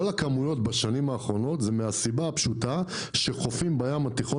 כל הכמויות בשנים האחרונות זה מהסיבה הפשוטה שחופים בים התיכון